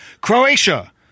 Croatia